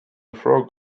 frog